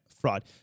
fraud